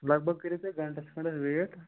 لگ بگ کٔرِو تُہۍ گَنٹہٕ کھنڑس ویٹ